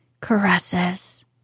caresses